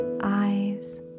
eyes